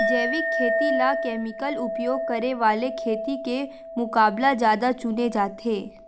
जैविक खेती ला केमिकल उपयोग करे वाले खेती के मुकाबला ज्यादा चुने जाते